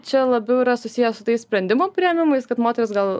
čia labiau yra susiję su tais sprendimų priėmimais kad moterys gal